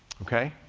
okay.